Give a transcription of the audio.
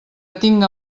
tinga